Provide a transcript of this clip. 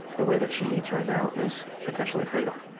the way that she eats right now is potentially fatal.